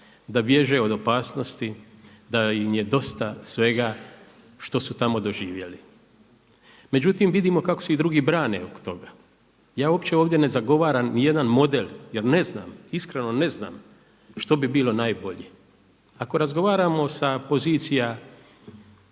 da bježe od opasnosti, da im je dosta svega što su tamo doživjeli. Međutim, vidimo kako se i drugi brane oko toga. Ja opće ovdje ne zagovaram ni jedan model jer ne znam, iskreno ne znam što bi bilo najbolje. Ako razgovaramo sa pozicija